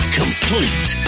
complete